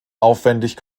aufwendig